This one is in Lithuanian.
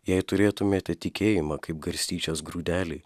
jei turėtumėte tikėjimą kaip garstyčios grūdelį